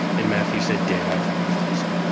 and matthew said, dad, i found a fossil.